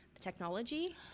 technology